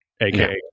aka